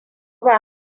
ba